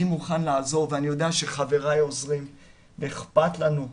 אני מוכן לעזור ואני יודע שחבריי עוזרים ושאיכפת לנו.